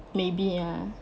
maybe right